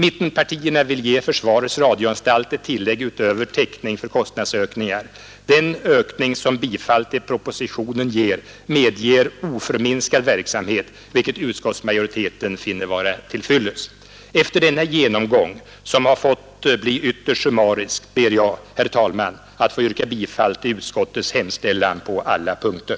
Mittenpartierna vill ge försvarets radioanstalt ett tillägg utöver täckningen för kostnadsökningar. Den ökning som bifall till propositionen ger medger oförminskad verksamhet, vilket utskottsmajoriteten finner vara till fyllest. Efter denna genomgång som har fått bli ytterst summarisk ber jag, herr talman, att få yrka bifall till utskottets hemställan på alla punkter.